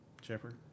Shepard